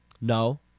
No